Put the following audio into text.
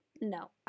No